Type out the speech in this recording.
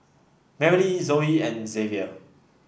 Merrily Zoey and Xzavier